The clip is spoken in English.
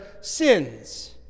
sins